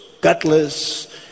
gutless